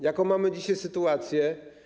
Jaką mamy dzisiaj sytuację?